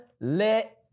let